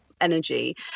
energy